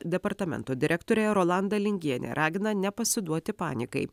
departamento direktorė rolanda lingienė ragina nepasiduoti panikai